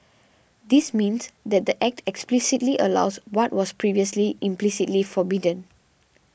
this means that the Act explicitly allows what was previously implicitly forbidden